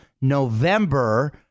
November